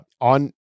on